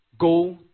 go